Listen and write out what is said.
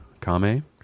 Kame